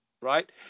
right